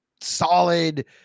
solid